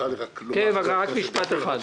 אם אהיה רק חבר כנסת רגיל או לא חשוב מה,